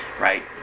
Right